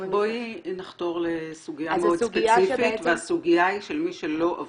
בואי נחתור לסוגיה מאוד ספציפית והסוגיה היא של מי שלא